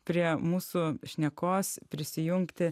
prie mūsų šnekos prisijungti